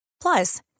Plus